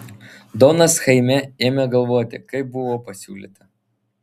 donas chaime ėmė galvoti kaip buvo pasiūlyta